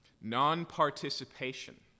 Non-participation